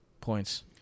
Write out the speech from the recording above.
points